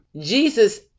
Jesus